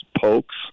pokes